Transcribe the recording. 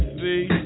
see